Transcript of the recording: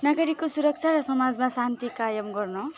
नागरिकको सुरक्षा र समाजमा शान्ति कायम गर्न